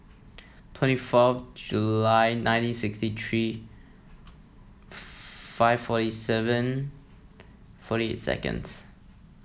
twenty four July nineteen sixty three five forty seven forty eight seconds